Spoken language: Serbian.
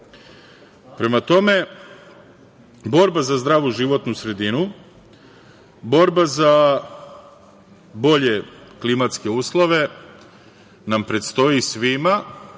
Prema tome, borba za zdravu životnu sredinu, borba za bolje klimatske uslove nam predstoji svima